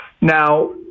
Now